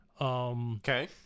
Okay